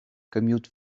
commute